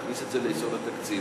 להכניס את זה ליסוד התקציב?